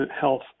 health